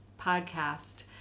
podcast